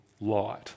light